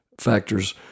factors